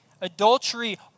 Adultery